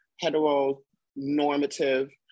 hetero-normative